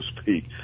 speak